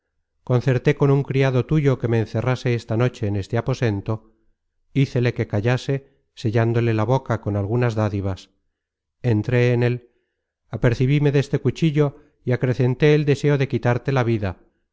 concerté con un criado tuyo que me encerrase esta noche en este aposento hícele que callase sellándole la boca con algunas dádivas entré en él apercebime deste cuchillo y acrecenté el deseo de quitarte la vida